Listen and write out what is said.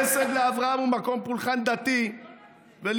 חסד לאברהם הוא מקום פולחן דתי ולימוד,